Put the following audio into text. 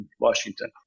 Washington